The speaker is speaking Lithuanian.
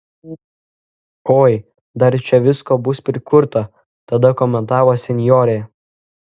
oi dar čia visko bus prikurta tada komentavo senjorė